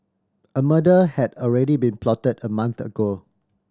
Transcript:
a murder had already been plotted a month ago